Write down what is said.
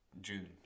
June